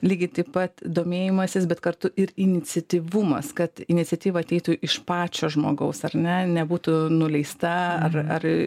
lygiai taip pat domėjimasis bet kartu ir iniciatyvumas kad iniciatyva ateitų iš pačio žmogaus ar ne nebūtų nuleista ar ar